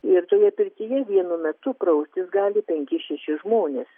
ir toje pirtyje vienu metu praustis gali penki šeši žmonės